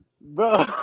Bro